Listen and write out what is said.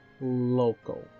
local